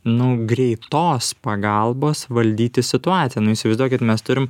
nu greitos pagalbos valdyti situaciją nu įsivaizduokit mes turim